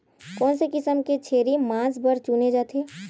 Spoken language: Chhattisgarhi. कोन से किसम के छेरी मांस बार चुने जाथे?